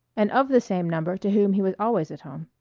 and of the same number to whom he was always at home.